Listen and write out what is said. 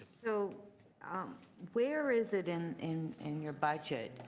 so ah where is it in in and your budget,